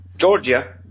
Georgia